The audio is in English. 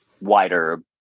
wider